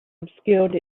obscured